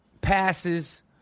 passes